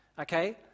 okay